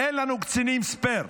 אין לנו קצינים ספייר,